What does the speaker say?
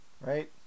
right